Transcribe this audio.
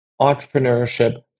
entrepreneurship